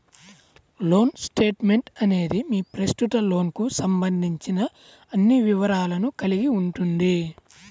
loan statement అనేది మీ ప్రస్తుత లోన్కు సంబంధించిన అన్ని వివరాలను కలిగి ఉంటుంది